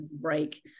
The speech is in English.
break